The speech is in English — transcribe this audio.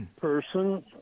person